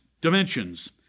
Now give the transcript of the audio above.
dimensions